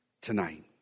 tonight